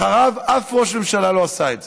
אחריו אף ראש ממשלה לא עשה את זה,